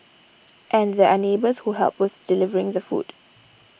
and there are neighbours who help with delivering the food